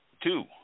Two